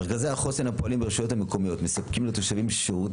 מרכזי החוסן הפועלים ברשויות המקומיות מספקים לתושבים שירות